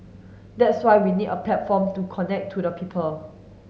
that's why we need a platform to connect to the people